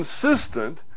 consistent